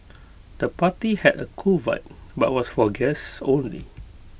the party had A cool vibe but was for guests only